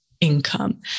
income